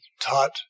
taught